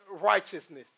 righteousness